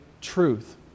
truth